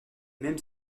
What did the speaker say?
mêmes